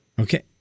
Okay